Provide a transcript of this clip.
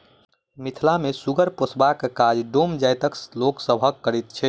मिथिला मे सुगर पोसबाक काज डोम जाइतक लोक सभ करैत छैथ